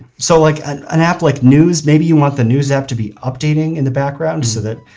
so like an an app, like news maybe you want the news app to be updating in the background. so that,